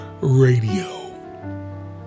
Radio